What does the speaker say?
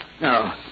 No